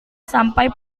sampai